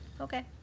Okay